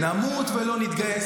נמות ולא נתגייס.